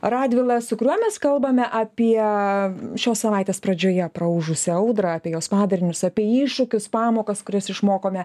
radvila su kuriuo mes kalbame apie šios savaitės pradžioje praūžusią audrą apie jos padarinius apie iššūkius pamokas kurias išmokome